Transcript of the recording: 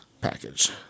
package